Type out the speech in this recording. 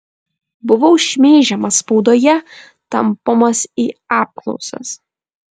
buvau šmeižiamas spaudoje tampomas į apklausas